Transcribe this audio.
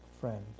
Friend